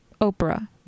Oprah